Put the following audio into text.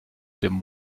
dem